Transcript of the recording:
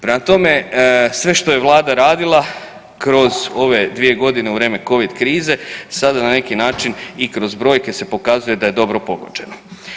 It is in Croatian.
Prema tome sve što je Vlada radila kroz ove dvije godine u vrijeme covid krize sada na neki način i kroz brojke se pokazuje da je dobro pogođeno.